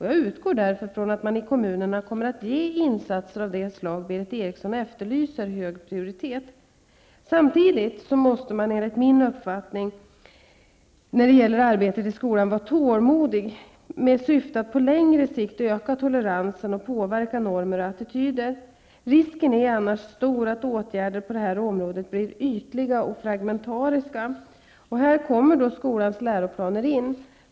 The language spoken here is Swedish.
Jag utgår därför från att man i kommunerna kommer att ge insatser av det slag Berith Eriksson efterlyser hög prioritet. Samtidigt måste enligt min uppfattning arbetet i skolan vara tålmodigt med syfte att på längre sikt öka toleransen och påverka normer och attityder. Risken är annars stor att åtgärder på detta område blir ytliga och fragmentariska. Här kommer skolans läroplaner in.